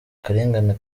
akarengane